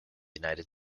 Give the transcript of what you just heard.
united